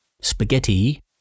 spaghetti